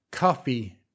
Coffee